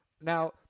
Now